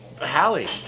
Hallie